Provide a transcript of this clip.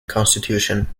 constitution